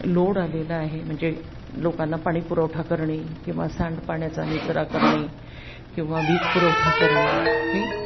load आलेला आहे म्हणजे लोकांना पाणी पुरवठा करणे किंवा सांडपाण्याचा निचरा करणे किंवा वीज पुरवठा करणे हे